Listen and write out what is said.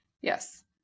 Yes